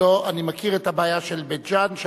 אני מכיר את הבעיה של בית-ג'ן.